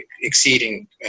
exceeding